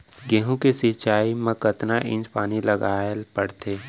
गेहूँ के सिंचाई मा कतना इंच पानी लगाए पड़थे?